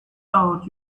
out